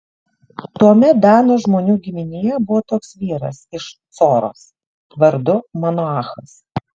tuomet dano žmonių giminėje buvo toks vyras iš coros vardu manoachas